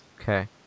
Okay